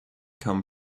come